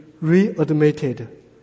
readmitted